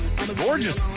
Gorgeous